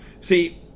See